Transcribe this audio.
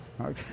Okay